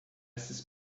esses